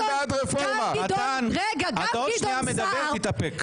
מתן, אתה עוד שנייה מדבר, תתאפק.